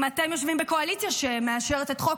אם אתם יושבים בקואליציה שמאשרת את חוק